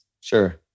Sure